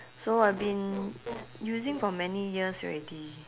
so I've been using for many years already